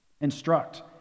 Instruct